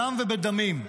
בדם ובדמים,